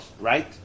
right